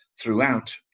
throughout